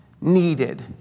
needed